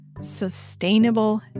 sustainable